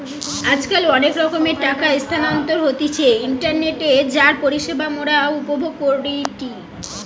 আজকাল অনেক রকমের টাকা স্থানান্তর হতিছে ইন্টারনেটে যার পরিষেবা মোরা উপভোগ করিটি